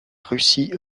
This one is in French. russie